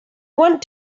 want